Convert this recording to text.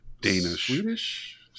Danish